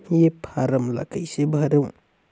ये फारम ला कइसे भरो?